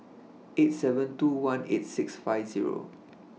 eight seven two one eight six five Zero